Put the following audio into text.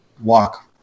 walk